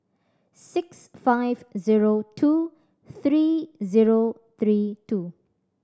six five zero two three zero three two